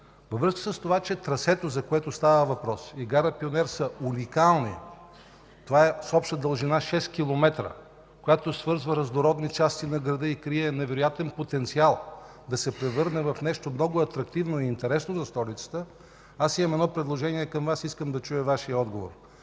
Във връзка с това, че трасето, за което става въпрос, и гара Пионер са уникални – с обща дължина 6 километра, която свързва разнородни части на града и крие невероятен потенциал да се превърне в нещо много интересно и атрактивно за столицата, аз имам предложение към Вас и искам да чуя Вашия отговор.